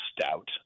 Stout